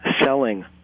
selling